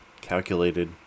Calculated